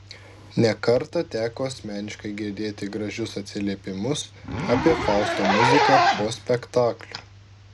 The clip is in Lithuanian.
ne kartą teko asmeniškai girdėti gražius atsiliepimus apie fausto muziką po spektaklių